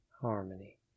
harmony